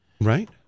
Right